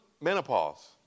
menopause